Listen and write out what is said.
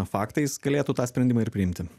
faktais galėtų tą sprendimą ir priimti